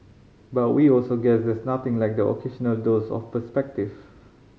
but we also guess there's nothing like the occasional dose of perspective